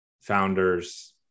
founders